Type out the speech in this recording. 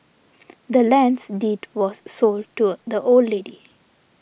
the land's deed was sold to a the old lady